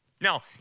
Now